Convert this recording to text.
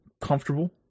comfortable